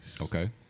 Okay